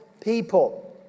people